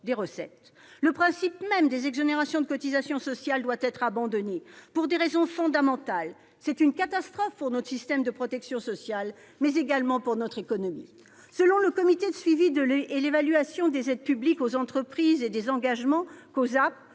des recettes ? Le principe même des exonérations de cotisations sociales doit être abandonné, pour des raisons fondamentales : c'est une catastrophe pour notre système de protection sociale, mais également pour notre économie. En effet, selon le Comité de suivi et d'évaluation des aides publiques aux entreprises et des engagements (Cosape),